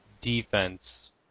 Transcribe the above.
defense